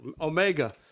Omega